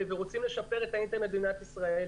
ורוצים לשפר את האינטרנט במדינת ישראל,